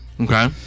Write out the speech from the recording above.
Okay